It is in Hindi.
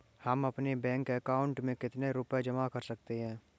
हम अपने बैंक अकाउंट में कितने रुपये जमा कर सकते हैं?